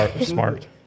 smart